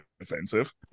offensive